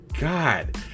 God